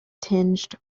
tinged